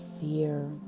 fear